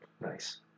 Nice